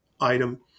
item